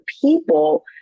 people